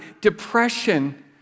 depression